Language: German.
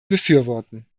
befürworten